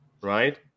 right